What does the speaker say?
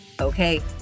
Okay